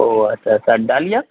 ও আচ্ছা আচ্ছা আর ডালিয়া